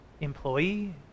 employee